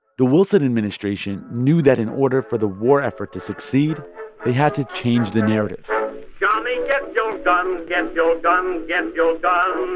the wilson administration knew that in order for the war effort to succeed, they had to change the narrative johnny, get your gun get your gun, get your gun.